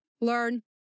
Learn